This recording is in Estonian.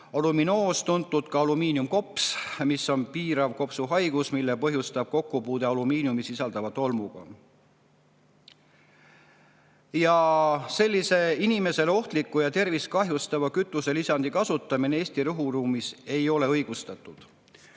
aluminoos, tuntud ka kui alumiiniumkops. See on piirav kopsuhaigus, mille põhjustab kokkupuude alumiiniumi sisaldava tolmuga. Sellise inimesele ohtliku ja tervist kahjustava kütuselisandi kasutamine Eesti õhuruumis ei ole õigustatud.